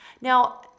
Now